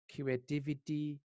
creativity